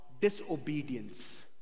disobedience